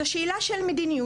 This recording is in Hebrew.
זו שאלה של מדיניות.